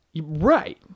right